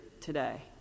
today